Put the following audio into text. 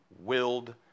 willed